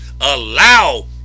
allow